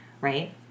Right